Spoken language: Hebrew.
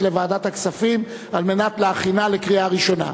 לוועדת הכספים על מנת להכינה לקריאה ראשונה.